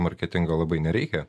marketingo labai nereikia